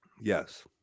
Yes